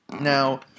Now